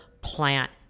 plant